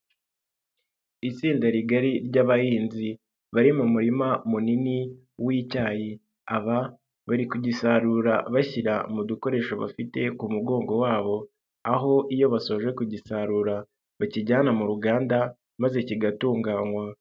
Itsinda rigari ry'abahinzi bari mu murima munini w'icyayi, aba bari kugisarura bashyira mu dukoresho bafite ku mugongo wabo aho iyo basoje kugisarura bakijyana mu ruganda maze kigatunganywa.